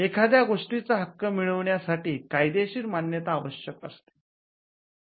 एखाद्या गोष्टीचा हक्क मिळवण्यासाठी कायदेशीर मान्यता आवश्यक असते